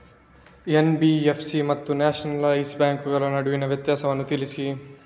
NBFC ಮತ್ತು nationalise ಬ್ಯಾಂಕುಗಳ ನಡುವಿನ ವ್ಯತ್ಯಾಸವನ್ನು ತಿಳಿಸಿ?